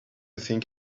think